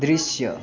दृश्य